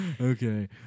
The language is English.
Okay